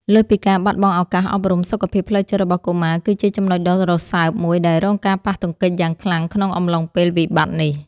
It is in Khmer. លើសពីការបាត់បង់ឱកាសអប់រំ សុខភាពផ្លូវចិត្តរបស់កុមារគឺជាចំណុចដ៏រសើបមួយដែលរងការប៉ះទង្គិចយ៉ាងខ្លាំងក្នុងអំឡុងពេលវិបត្តិនេះ។